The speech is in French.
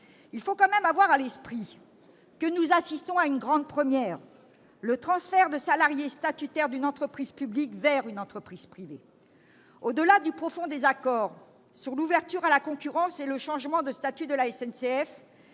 Il faut tout de même avoir à l'esprit que nous assistons à une grande première : le transfert de salariés statutaires d'une entreprise publique vers une entreprise privée. Au-delà du profond désaccord sur l'ouverture à la concurrence et le changement de statut de la SNCF,